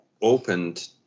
opened